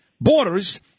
borders